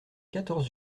quatorze